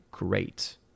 Great